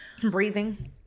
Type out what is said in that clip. breathing